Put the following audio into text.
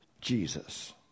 Jesus